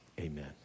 Amen